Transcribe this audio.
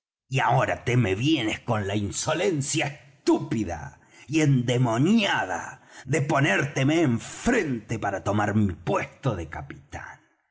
y ahora te me vienes con la insolencia estúpida y endemoniada de ponérteme enfrente para tomar mi puesto de capitán